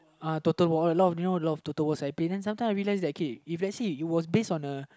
uh total war a lot of you know a lot of total wars I play then sometime I realize okay if let's say if it was base on a